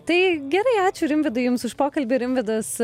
tai gerai ačiū rimvydai jums už pokalbį rimvydas